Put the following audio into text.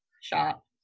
shop